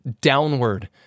downward